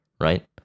right